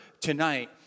tonight